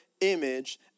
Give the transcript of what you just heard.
Image